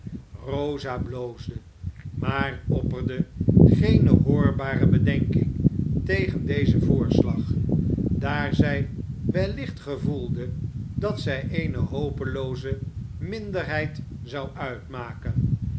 rosa bloosde maar opperde geene hoorbare bedenking tegen dezen voorslag daar zij wellicht gevoelde dat zij eene hopelooze minderheid zou uitmaken